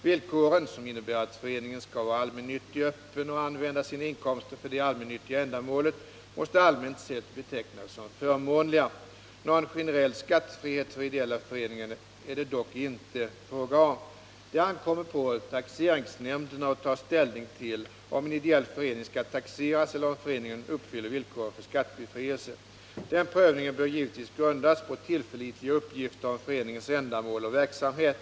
Villkoren, som innebär att föreningen skall vara allmännyttig, öppen och använda sina inkomster för det allmännyttiga ändamålet, måste allmänt sett betecknas som förmånliga. Någon generell skattefrihet för ideella föreningar är det dock inte fråga om. Det ankommer på taxeringsnämnderna att ta ställning till om en ideell förening skall taxeras eller om föreningen uppfyller villkoren för skattebefrielse. Denna prövning bör givetvis grundas på tillförlitliga uppgifter om föreningens ändamål och verksamhet.